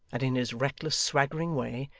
and in his reckless swaggering way,